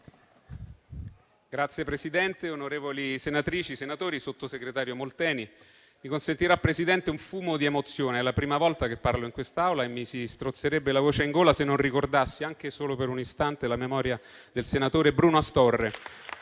Signor Presidente, onorevoli senatrici e senatori, sottosegretario Molteni, mi si consentirà un fumo di emozione: è la prima volta che parlo in quest'Aula e mi si strozzerebbe la voce in gola se non ricordassi, anche solo per un istante, la memoria del senatore Bruno Astorre